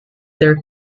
their